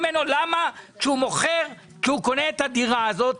כשהוא קונה את הדירה הזאת,